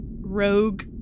rogue